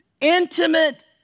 intimate